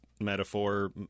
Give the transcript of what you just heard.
metaphor